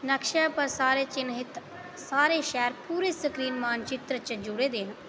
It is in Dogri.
नक्शे पर सारे चिह्नित सारे शैह्र पूरे स्क्रीन मानचित्र च जुड़े दे न